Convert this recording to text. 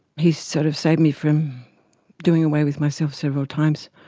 he sort of saved me from doing away with myself several times.